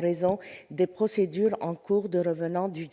raison de procédures en cours concernant des